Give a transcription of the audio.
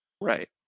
right